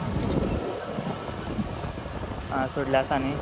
आं सोडली आसा न्ही